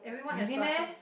really meh